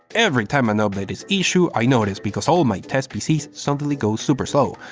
every time an update is issued i noticed because all my test pcs suddenly go super so